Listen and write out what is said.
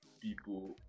people